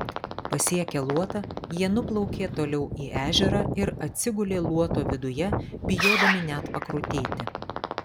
pasiekę luotą jie nuplaukė toliau į ežerą ir atsigulė luoto viduje bijodami net pakrutėti